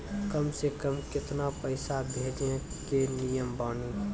कम से कम केतना पैसा भेजै के नियम बानी?